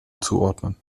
zuordnen